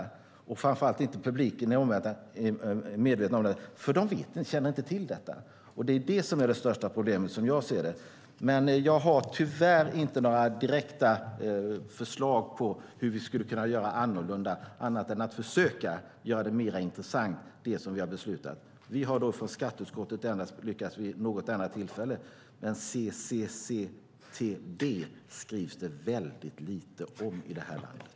Framför allt känner inte publiken till det, och det är det som är det största problemet, som jag ser det. Men jag har tyvärr inte några direkta förslag på hur vi skulle kunna göra annorlunda, annat än att försöka göra det som vi har beslutat mer intressant. Vi har från skatteutskottet endast lyckats vid något enda tillfälle. Men CCCTB skrivs det väldigt lite om i det här landet.